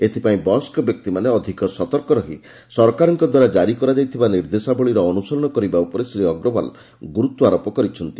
ଏଥିପାଇଁ ବୟସ୍କ ବ୍ୟକ୍ତିମାନେ ଅଧିକ ସତର୍କ ରହି ସରକାରଙ୍କ ଦ୍ୱାରା ଜାରି କରାଯାଇଥିବା ନିର୍ଦ୍ଦେଶାବଳୀର ଅନୁସରଣ କରିବା ଉପରେ ଶ୍ରୀ ଅଗ୍ରଓ୍ୱାଲ ଗୁରୁତ୍ୱାରୋପ କରିଛନ୍ତି